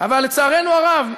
אבל לצערנו הרב,